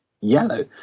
yellow